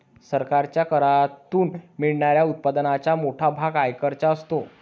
सरकारच्या करातून मिळणाऱ्या उत्पन्नाचा मोठा भाग आयकराचा असतो